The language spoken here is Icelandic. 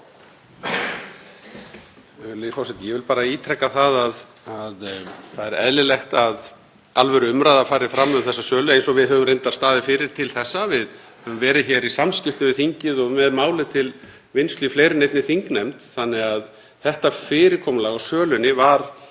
það er eðlilegt að alvöruumræða fari fram um þessa sölu eins og við höfum reyndar staðið fyrir til þessa. Við höfum verið í samskiptum við þingið og með málið til vinnslu í fleiri en einni þingnefnd þannig að þetta fyrirkomulag á sölunni var